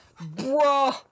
bro